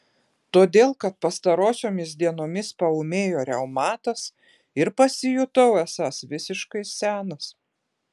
todėl kad pastarosiomis dienomis paūmėjo reumatas ir pasijutau esąs visiškai senas